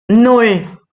nan